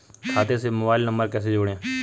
खाते से mobile number कैसे जोड़ें?